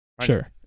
Sure